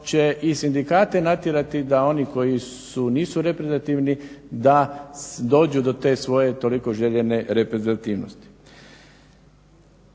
će i sindikate natjerati da oni koji nisu reprezentativni da dođu do te svoje toliko željene reprezentativnosti.